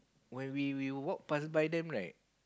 when we we walk past by them right